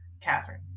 catherine